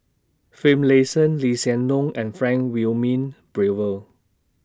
Finlayson Lee Hsien Loong and Frank Wilmin Brewer